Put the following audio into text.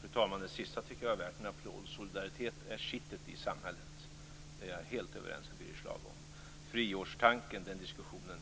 Fru talman! Det sista tycker jag var värt en applåd. Solidaritet är kittet i samhället. Det är jag helt överens med Birger Schlaug om.